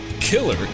killer